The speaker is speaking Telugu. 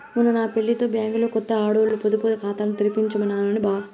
మొన్న నా పెళ్లితో బ్యాంకిలో కొత్త ఆడోల్ల పొదుపు కాతాని తెరిపించినాను బా